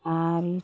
आरो